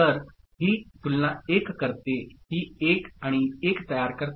तर ही तुलना 1 करते ही 1 आणि 1 तयार करते